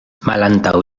malantaŭ